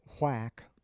whack